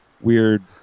weird